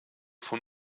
von